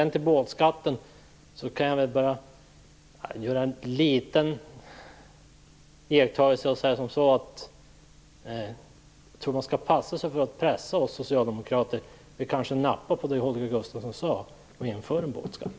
Vad gäller båtskatten kan jag göra en liten iakttagelse. Jag tror att man skall passa sig för att pressa oss socialdemokrater. Vi kanske nappar på det som Holger Gustafsson sade och inför en båtskatt.